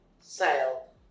sale